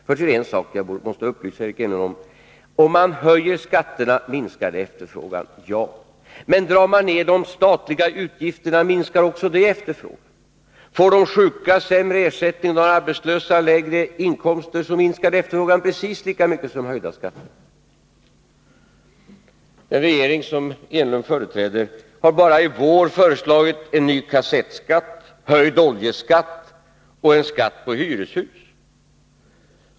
Först är det en sak som jag måste upplysa Eric Enlund om. Om man höjer skatterna minskar det efterfrågan — javisst. Men drar man ner de statliga utgifterna minskar också det efterfrågan. Får de sjuka sämre ersättning och de arbetslösa lägre inkomster minskar det efterfrågan precis lika mycket som höjda skatter. Den regering som Eric Enlund företräder har bara i vår föreslagit en ny kassettskatt, höjd oljeskatt och en skatt på hyreshus.